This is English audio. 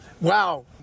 Wow